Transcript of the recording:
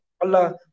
Allah